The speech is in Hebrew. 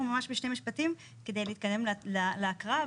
ממש בשני משפטים, כדי להתקדם להקראה.